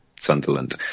Sunderland